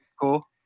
Cool